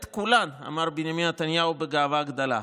את כולן, אמר בנימין נתניהו בגאווה גדולה.